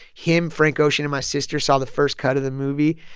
him, frank ocean and my sister saw the first cut of the movie.